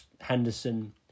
Henderson